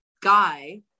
guy